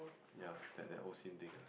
ya that O S_I_M thing